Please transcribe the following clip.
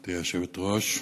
גברתי היושבת-ראש,